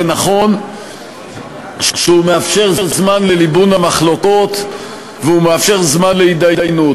זה נכון שהוא מאפשר זמן לליבון המחלוקות והוא מאפשר זמן להידיינות,